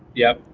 yeah.